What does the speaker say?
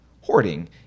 hoarding